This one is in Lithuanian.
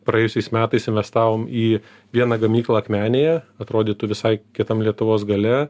praėjusiais metais investavom į vieną gamyklą akmenėje atrodytų visai kitam lietuvos gale